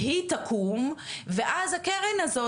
חס וחלילה.